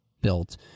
built